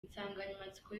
insanganyamatsiko